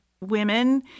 women